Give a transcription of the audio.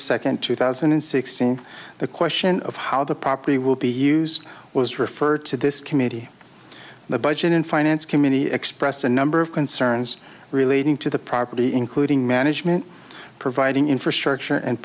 second two thousand and sixteen the question of how the property will be used was referred to this committee the budget in finance committee expressed a number of concerns relating to the property including management providing infrastructure and